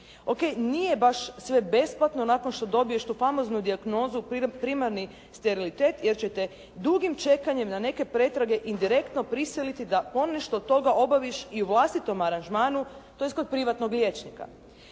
nije baš sve besplatno nakon što dobiješ tu famoznu dijagnozu primarni sterilitet jer ćete dugim čekanjem na neke pretrage indirektno prisiliti da ponešto od toga obaviš i u vlastitom aranžmanu, tj. kod privatnog liječnika“.